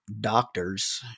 doctors